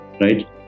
right